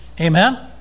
Amen